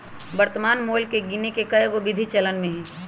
वर्तमान मोल के गीने के कएगो विधि चलन में हइ